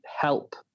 help